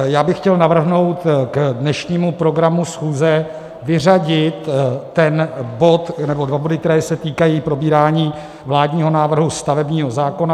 Já bych chtěl navrhnout v dnešním programu schůze vyřadit ten bod, nebo dva body, které se týkají probírání vládního návrhu stavebního zákona.